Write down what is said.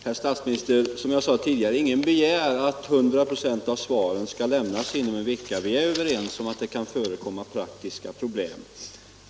Herr talman! Som jag sade tidigare: Ingen begär att 100 96 av svaren skall lämnas inom en vecka. Vi är överens om att det kan förekomma praktiska problem.